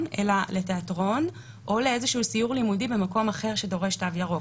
אלא לתיאטרון או לאיזשהו סיור לימודי במקום אחר שדורש תו ירוק.